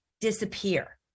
disappear